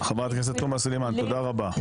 חברת הכנסת תומא סלימאן, תודה רבה.